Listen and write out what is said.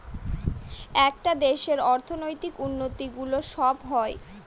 একটা দেশের অর্থনৈতিক উন্নতি গুলো সব হয়